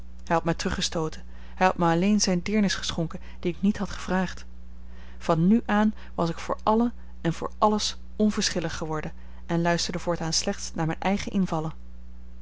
hij had mij teruggestooten hij had mij alleen zijne deernis geschonken die ik niet had gevraagd van nu aan was ik voor allen en voor alles onverschillig geworden en luisterde voortaan slechts naar mijne eigene invallen